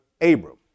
Abram